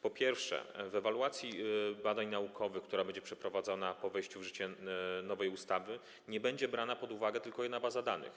Po pierwsze, w ewaluacji badań naukowych, która będzie przeprowadzana po wejściu w życie nowej ustawy, nie będzie brana pod uwagę tylko jedna baza danych.